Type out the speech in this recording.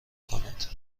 کند